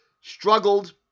struggled